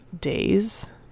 days